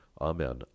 Amen